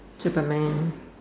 Superman